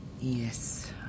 Yes